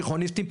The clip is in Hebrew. תיכוניסטית?